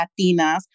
Latinas